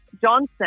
Johnson